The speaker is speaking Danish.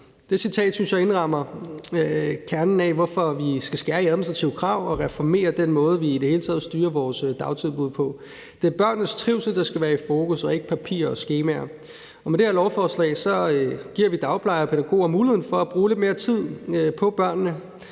jeg indrammer kernen af, hvorfor vi skal skære i administrative krav og reformere den måde, vi i det hele taget styrer vores dagtilbud på. Det er børnenes trivsel, der skal være i fokus, og ikke papir og skemaer. Og med det her lovforslag giver vi dagplejere og pædagoger muligheden for at bruge lidt mere tid på børnene